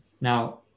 Now